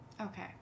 Okay